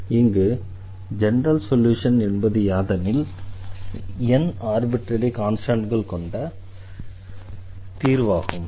இங்கு general solution என்பது யாதெனில் n ஆர்பிட்ரரி கான்ஸ்டண்ட்கள் கொண்ட தீர்வாகும்